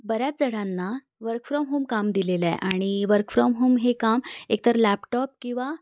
बऱ्याच जणांना work from home काम दिलेलं आहे आणि वर्क फ्रॉम होम हे काम एकतर लॅपटॉप किंवा